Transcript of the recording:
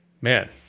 man